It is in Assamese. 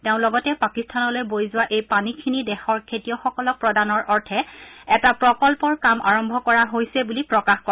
তেওঁ লগতে পাকিস্তানলৈ বৈ যোৱা এই পানীখিনি দেশৰ খেতিয়কসকলক প্ৰদানৰ অৰ্থে এটা প্ৰকল্পৰ কাম আৰম্ভ কৰা হৈছে বুলি প্ৰকাশ কৰে